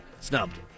Snubbed